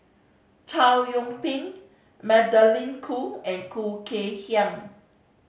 Chow Yian Ping Magdalene Khoo and Khoo Kay Hian